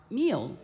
meal